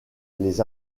les